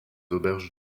auberges